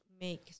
make